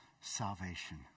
salvation